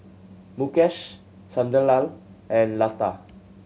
Mukesh Sunderlal and Lata